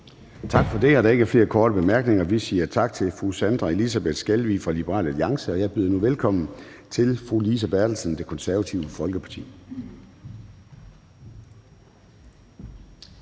Tak for det. Der er ikke flere korte bemærkninger, og så siger vi tak til fru Sandra Elisabeth Skalvig fra Liberal Alliance. Jeg byder nu velkommen til fru Lise Bertelsen, Det Konservative Folkeparti.